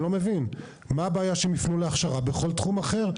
מה הבעיה שהם יפנו להכשרה בכל תחום אחר?